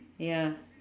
ya